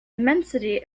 immensity